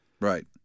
Right